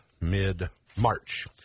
mid-March